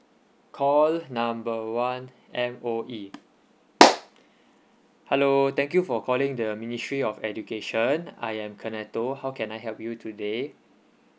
call number one M_O_E hello thank you for calling the ministry of education I am kannetho how can I help you today